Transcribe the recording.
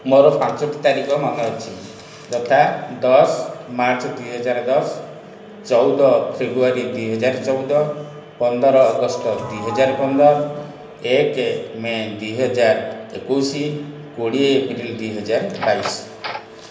ମୋର ପାଞ୍ଚୋଟି ତାରିଖ ମନେ ଅଛି ଯଥା ଦଶ ମାର୍ଚ୍ଚ ଦୁଇ ହଜାର ଦଶ ଚଉଦ ଫେବୃୟାରୀ ଦୁଇ ହଜାର ଚଉଦ ପନ୍ଦର ଅଗଷ୍ଟ ଦୁଇ ହଜାର ପନ୍ଦର ଏକ ମେ ଦୁଇ ହଜାର ଏକୋଇଶ କୋଡ଼ିଏ ଏପ୍ରିଲ ଦୁଇ ହଜାର ବାଇଶ